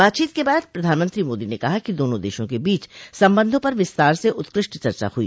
बातचीत के बाद प्रधानमंत्री मोदी ने कहा कि दोनों देशों के बीच संबंधों पर विस्तार से उत्कृष्ट चर्चा हुई